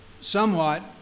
somewhat